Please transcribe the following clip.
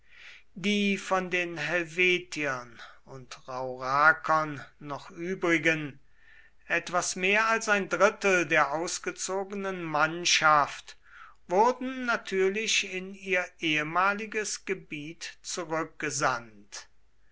die von den helvetiern und raurakern noch übrigen etwas mehr als ein drittel der ausgezogenen mannschaft wurden natürlich in ihr ehemaliges gebiet zurückgesandt